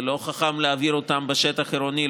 זה לא חכם להעביר אותם בשטח עירוני,